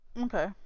Okay